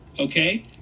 okay